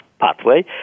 pathway